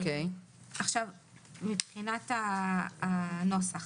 נקרא את הנוסח.